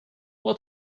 what